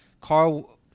Carl